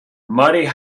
marty